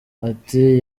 ati